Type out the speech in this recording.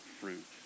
fruit